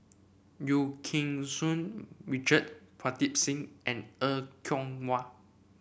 Eu Keng Soon Richard Pritam Singh and Er Kwong Wah